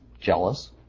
Jealous